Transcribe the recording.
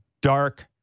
dark